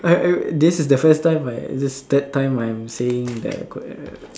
this is the first time is third time I'm saying the ques~